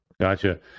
Gotcha